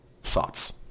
Thoughts